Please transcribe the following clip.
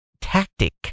tactic